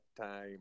time